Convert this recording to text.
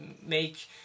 make